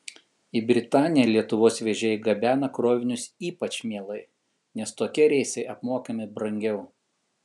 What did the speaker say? į britaniją lietuvos vežėjai gabena krovinius ypač mielai nes tokie reisai apmokami brangiau